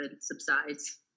subsides